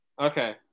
Okay